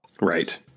Right